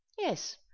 Yes